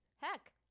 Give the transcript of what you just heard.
Heck